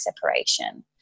separation